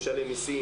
משלם מסים,